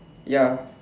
ya